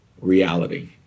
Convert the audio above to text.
reality